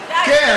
כן.